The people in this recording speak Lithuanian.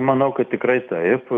manau kad tikrai taip